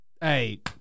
Hey